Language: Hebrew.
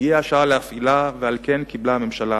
הגיעה השעה להפעילה, ועל כן קיבלה הממשלה